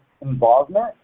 involvement